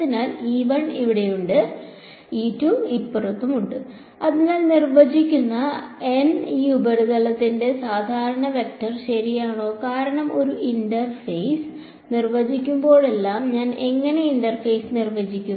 അതിനാൽ ഇവിടെയുണ്ട് ഇപ്പുറത്തുണ്ട് അതിർത്തി നിർവചിക്കുന്ന ഈ ഉപരിതലത്തിന്റെ സാധാരണ വെക്റ്റർ ശരിയാണോ കാരണം ഞാൻ ഒരു ഇന്റർഫേസ് നിർവചിക്കുമ്പോഴെല്ലാം ഞാൻ എങ്ങനെ ഇന്റർഫേസ് നിർവചിക്കും